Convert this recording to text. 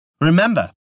Remember